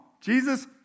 Jesus